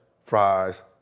fries